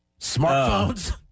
Smartphones